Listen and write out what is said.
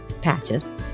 Patches